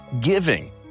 giving